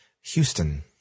Houston